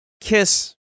kiss